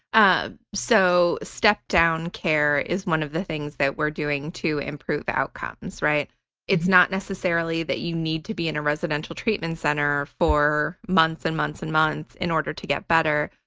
ah so step down care is one of the things that we're doing to improve outcomes. it's not necessarily that you need to be in a residential treatment center for months and months and months in order to get better.